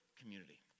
community